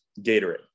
Gatorade